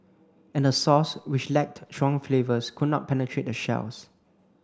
and the sauce which lacked strong flavours could not penetrate the shells